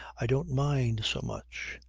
i don't mind so much.